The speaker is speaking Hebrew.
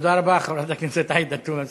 תודה רבה, חברת הכנסת עאידה תומא סלימאן.